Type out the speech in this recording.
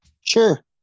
Sure